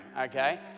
okay